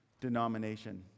denomination